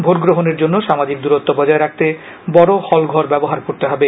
vote গ্রহণের জন্য সামাজিক দূরত্ব বজায় রাখতে বড় হল ঘর ব্যবহার করতে হবে